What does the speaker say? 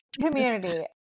Community